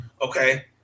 okay